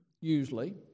usually